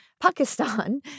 Pakistan